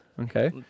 Okay